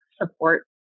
support